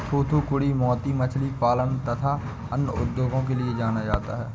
थूथूकुड़ी मोती मछली पालन तथा अन्य उद्योगों के लिए जाना जाता है